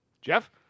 Jeff